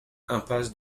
impasse